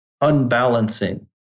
unbalancing